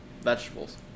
vegetables